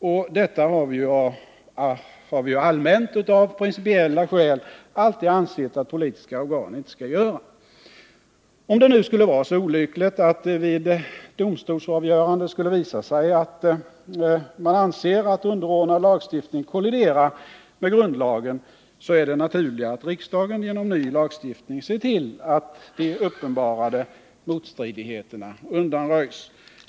Och detta har vi juallmänt av principiella skäl ansett att politiska organ inte skall göra. Om det skulle vara så olyckligt att det vid domstolsavgöranden skulle visa sig att domstolen anser att underordnad lagstiftning kolliderar med grundlagen, är det naturliga att riksdagen genom ny lagstiftning ser till att de uppenbarade motstridigheterna undanröjs.